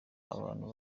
abantu